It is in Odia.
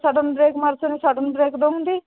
ସଡନ ବ୍ରେକ ମାରୁଛନ୍ତି ସଡନ ବ୍ରେକ ଦେଉଛନ୍ତି